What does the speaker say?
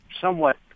somewhat